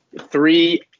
Three